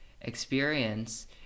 experience